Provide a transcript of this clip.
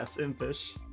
impish